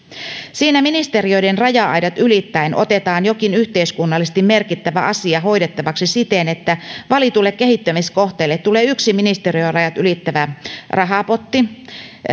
siinä ministeriöiden raja aidat ylittäen otetaan jokin yhteiskunnallisesti merkittävä asia hoidettavaksi siten että valitulle kehittämiskohteelle tulee yksi ministeriörajat ylittävä rahapotti